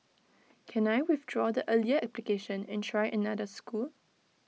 can I withdraw the earlier application and try another school